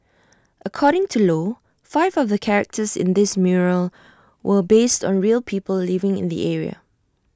according to low five of the characters in this mural were based on real people living in the area